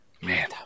Man